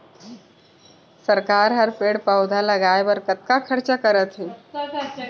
सरकार ह पेड़ पउधा लगाय बर कतका खरचा करथे